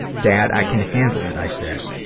dad, i can handle it i said.